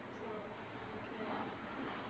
so okay lah I mean